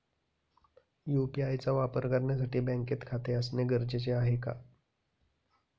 UPI चा वापर करण्यासाठी बँकेत खाते असणे गरजेचे आहे का?